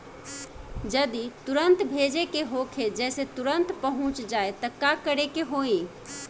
जदि तुरन्त भेजे के होखे जैसे तुरंत पहुँच जाए त का करे के होई?